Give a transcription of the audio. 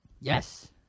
yes